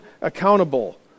accountable